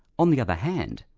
on the other hand,